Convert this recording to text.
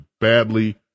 badly